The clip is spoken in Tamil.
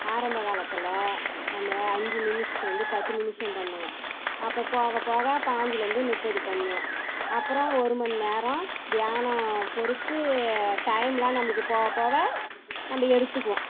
ஆரம்ப காலத்தில் நம்ம அஞ்சு நிமிஷத்துலேருந்து பத்து நிமிஷம் பண்ணுவோம் அப்போ போக போக பாஞ்சிலேருந்து முப்பது பண்ணுவோம் அப்புறம் ஒரு மணி நேரம் தியானம் பொருத்து டைம்லாம் நம்மளுக்கு போக போக நம்ம எடுத்துக்குவோம்